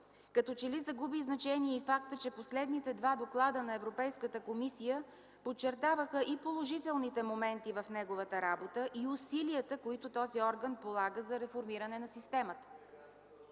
Като че ли загуби значение и фактът, че последните два доклада на Европейската комисия подчертаваха и положителните моменти в неговата работа, и усилията, които този орган полага за реформиране на системата.